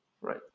right